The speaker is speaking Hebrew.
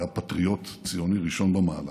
הוא היה פטריוט ציוני ראשון במעלה.